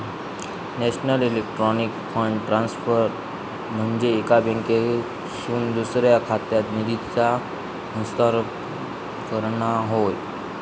national electronic fund transfer म्हनजे एका बँकेतसून दुसऱ्या खात्यात निधीचा हस्तांतरण करणा होय